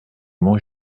mont